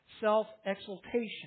self-exaltation